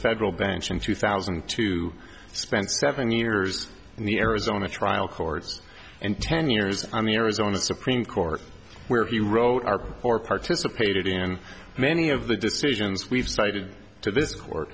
federal bench in two thousand and two spent seven years in the arizona trial courts and ten years on the arizona supreme court where he wrote our or participated in many of the decisions we've cited to this court